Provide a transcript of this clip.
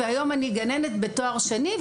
והיום אני גננת בתואר שני,